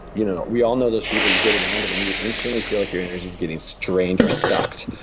you know we all know there's people you get around them, and you instantly feel like your energy's getting strained or sucked,